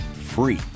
free